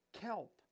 kelp